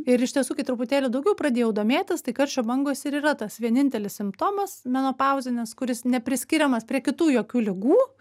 ir iš tiesų kai truputėlį daugiau pradėjau domėtis tai karščio bangos ir yra tas vienintelis simptomas menopauzinis kuris nepriskiriamas prie kitų jokių ligų